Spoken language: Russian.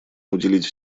уделить